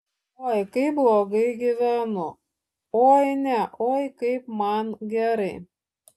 oi kaip blogai gyvenu o ne oi kaip man gerai